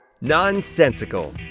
Nonsensical